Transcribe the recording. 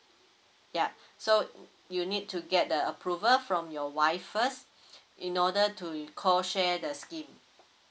ya so you need to get the approval from your wife first in order to you co share the scheme